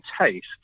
Taste